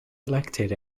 elected